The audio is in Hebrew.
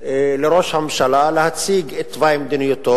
לראש הממשלה להציג את תוואי מדיניותו